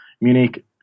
Munich